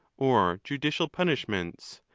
or judicial punishments,